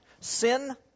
Sin